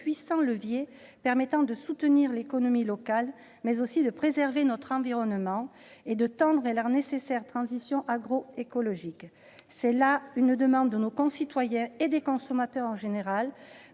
puissant levier permettant de soutenir l'économie locale, mais aussi de préserver notre environnement et de tendre vers la nécessaire transition agroécologique. C'est là une demande de nos concitoyens et des consommateurs en général,